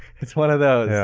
it's one of those.